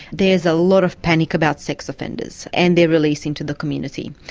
there's a lot of panic about sex offenders and their release into the community.